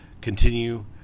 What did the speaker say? continue